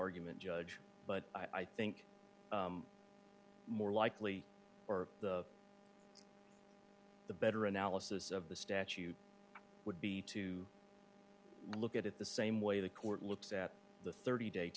argument judge but i think more likely or the the better analysis of the statute would be to look at the same way the court looks at the thirty day